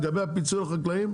לגבי הפיצוי לחקלאים,